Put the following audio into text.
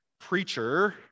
preacher